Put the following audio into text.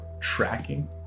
tracking